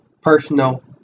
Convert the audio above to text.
personal